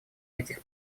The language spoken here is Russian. этих